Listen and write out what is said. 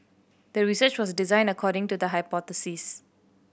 the research was designed according to the hypothesis